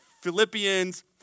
Philippians